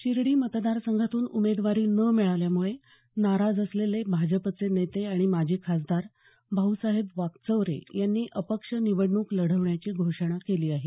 शिर्डी मतदार संघातून उमेदवारी न मिळाल्यामुळे नाराज असलेले भाजपचे नेते आणि माजी खासदार भाऊसाहेब वाकचौरे यांनी अपक्ष निवडणूक लढवण्याची घोषणा केली आहे